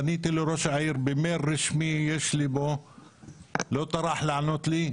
פניתי לראש העיר במייל רשמי והוא לא טרח לענות לי.